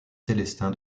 célestin